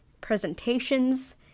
presentations